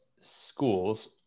schools